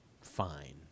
fine